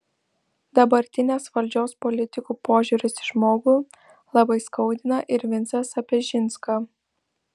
dabartinės valdžios politikų požiūris į žmogų labai skaudina ir vincą sapežinską